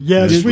Yes